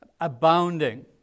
abounding